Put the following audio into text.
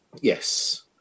yes